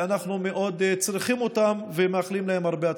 אנחנו מאוד צריכים אותם, ומאחלים להם הרבה הצלחה.